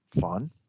Fun